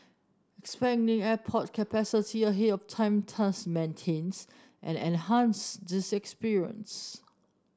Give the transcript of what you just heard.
expanding airport capacity ahead of time thus maintains and enhance this experience